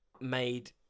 made